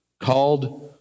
called